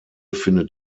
findet